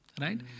right